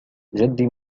جدي